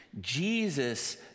jesus